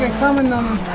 like summoned um